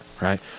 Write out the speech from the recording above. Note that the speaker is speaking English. right